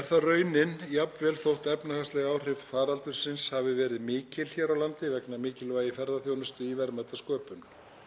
Er það raunin jafnvel þótt efnahagsleg áhrif faraldursins hafi verið mikil hér á landi vegna mikilvægi ferðaþjónustu í verðmætasköpun.